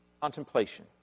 contemplation